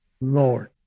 Lord